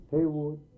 Haywood